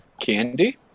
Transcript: Candy